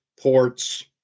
ports